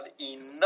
enough